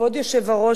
כבוד היושב-ראש,